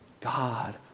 God